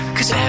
Cause